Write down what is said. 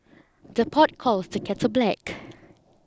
the pot calls the kettle black